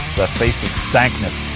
that face of stankness